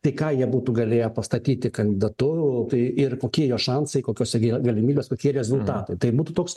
tai ką jie būtų galėję pastatyti kandidatu o tai ir kokie jo šansai kokios galimybės kokie rezultatai tai būtų toks